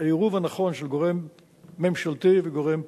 העירוב הנכון של גורם ממשלתי וגורם פרטי.